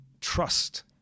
trust